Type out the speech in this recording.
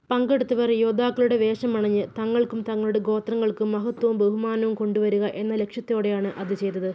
പങ്കെടുത്തവർ യോദ്ധാക്കളുടെ വേഷമണിഞ്ഞ് തങ്ങൾക്കും തങ്ങളുടെ ഗോത്രങ്ങൾക്കും മഹത്വവും ബഹുമാനവും കൊണ്ടുവരിക എന്ന ലക്ഷ്യത്തോടെയാണ് അത് ചെയ്തത്